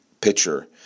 pitcher